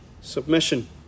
submission